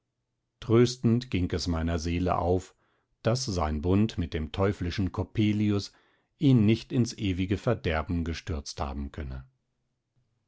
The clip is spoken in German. tröstend ging es in meiner seele auf daß sein bund mit dem teuflischen coppelius ihn nicht ins ewige verderben gestürzt haben könne